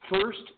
first